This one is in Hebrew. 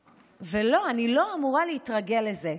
ולא, אני לא אמורה להתרגל לזה.